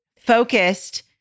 focused